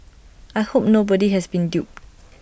I hope nobody has been duped